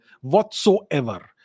whatsoever